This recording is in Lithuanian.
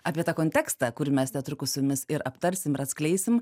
apie tą kontekstą kur mes netrukus su jumis ir aptarsim ir atskleisim